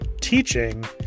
teaching